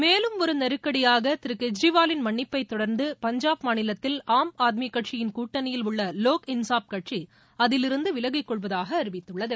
மேலும் ஒரு நெருக்கடியாக திரு கெஜ்ரிவாலின் மன்னிப்பைத் தொடர்ந்து பஞ்சாப் மாநிலத்தில் ஆம் ஆத்மி கட்சியின் கூட்டணியில் உள்ள வோக் இன்னஃப் கட்சி அதிவிருந்து விலகிக் கொள்வதாக அறிவித்துள்ளது